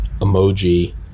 emoji